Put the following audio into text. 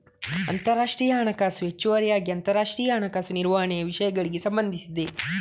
ಅಂತರರಾಷ್ಟ್ರೀಯ ಹಣಕಾಸು ಹೆಚ್ಚುವರಿಯಾಗಿ ಅಂತರರಾಷ್ಟ್ರೀಯ ಹಣಕಾಸು ನಿರ್ವಹಣೆಯ ವಿಷಯಗಳಿಗೆ ಸಂಬಂಧಿಸಿದೆ